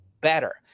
better